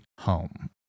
Home